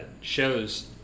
shows